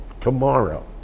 tomorrow